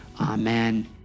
amen